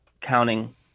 counting